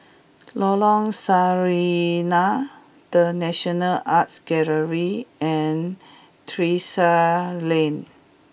Lorong Sarina The National Art Gallery and Terrasse Lane